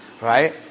right